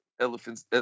elephants